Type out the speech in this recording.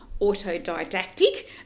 autodidactic